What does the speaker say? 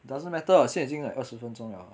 it doesn't matter lah 现在已经 like 二十分钟了 lah